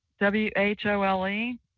w-h-o-l-e